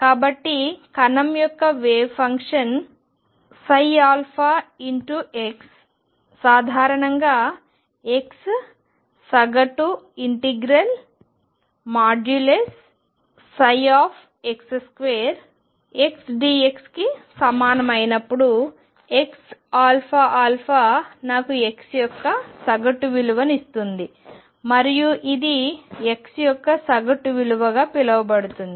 కాబట్టి కణం యొక్క వేవ్ ఫంక్షన్ సాధారణంగా x సగటు∫ψ2xdx కి సమానం అయినప్పుడు xαα నాకు x యొక్క సగటు విలువను ఇస్తుంది మరియు ఇది x యొక్క సగటు విలువగా పిలువబడుతుంది